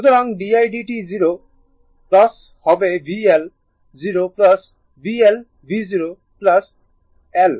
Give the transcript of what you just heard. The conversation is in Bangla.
সুতরাং di dt 0 হবে v L 0 v L v0 L